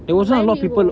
when you go